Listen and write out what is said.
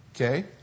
Okay